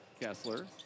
Kessler